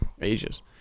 ages